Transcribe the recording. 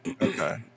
okay